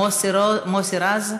מוסי רז,